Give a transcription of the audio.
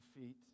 feet